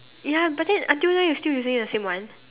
ya but then until now you still using the same one